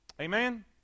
Amen